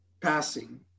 passing